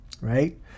right